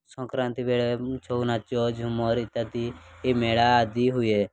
ସଂକ୍ରାନ୍ତି ବେଳେ ଛଉ ନାଚ ଝୁମର୍ ଇତ୍ୟାଦି ଏ ମେଳା ଆଦି ହୁଏ